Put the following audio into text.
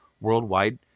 worldwide